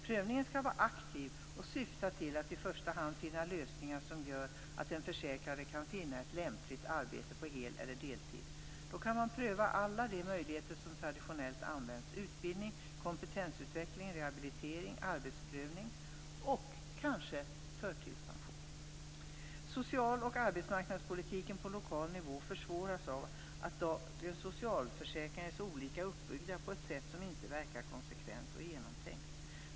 Prövningen skall vara aktiv och syfta till att i första hand finna lösningar som gör att den försäkrade kan finna ett lämpligt arbete på hel eller deltid. Då kan man pröva alla de möjligheter som traditionellt används: utbildning, kompetensutveckling, rehabilitering, arbetsprövning - och kanske förtidspension. Social och arbetsmarknadspolitiken på lokal nivå försvåras av att dagens socialförsäkringar är så olika uppbyggda, på ett sätt som inte verkar konsekvent och genomtänkt.